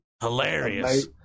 hilarious